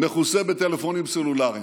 מכוסה בטלפונים סלולריים: